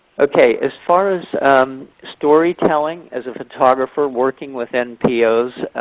okay as far as storytelling as a photographer working with npos,